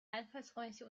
einfallsreiche